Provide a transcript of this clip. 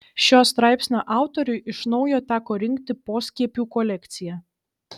šio straipsnio autoriui iš naujo teko rinkti poskiepių kolekciją